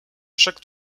chaque